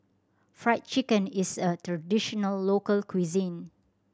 Fried Chicken is a traditional local cuisine